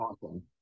awesome